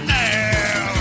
now